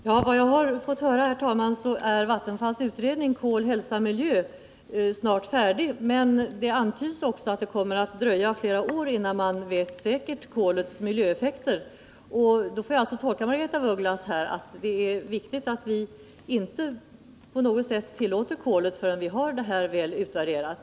Herr talman! Enligt vad jag har fått höra är Vattenfalls utredning Kol-hälsa-miljö snart färdig, men det antyds också att det kommer att dröja flera år innan man säkert vet vilka miljöeffekter kolet har. Jag får alltså tolka Margaretha af Ugglas inlägg så, att det är viktigt att vi inte på något sätt tillåter kolet förrän vi har det hela väl utvärderat.